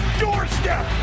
doorstep